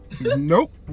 Nope